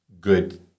good